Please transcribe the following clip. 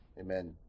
Amen